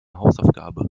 hausaufgabe